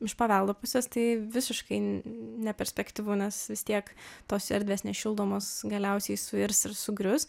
iš paveldo pusės tai visiškai neperspektyvu nes vis tiek tos erdvės nešildomos galiausiai suirs ir sugrius